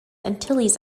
antilles